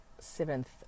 seventh